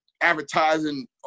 advertising